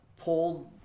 pulled